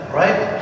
right